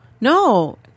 No